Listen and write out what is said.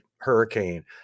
Hurricane